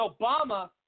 obama